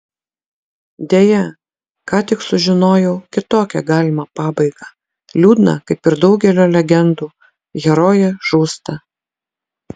deja ką tik sužinojau kitokią galimą pabaigą liūdną kaip ir daugelio legendų herojė žūsta